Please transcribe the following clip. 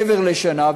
מעבר לשנה,